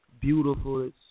beautiful